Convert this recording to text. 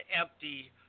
empty